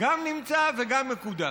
גם נמצא וגם מקודם.